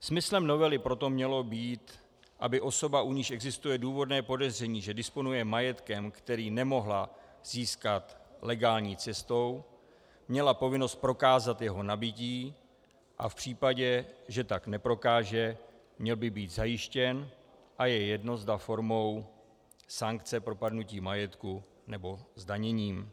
Smyslem novely proto mělo být, aby osoba, u níž existuje důvodné podezření, že disponuje majetkem, který nemohla získat legální cestou, měla povinnost prokázat jeho nabytí, a v případě, že tak neprokáže, měl by být zajištěn, a je jedno, zda formou sankce propadnutí majetku, nebo zdaněním.